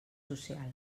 social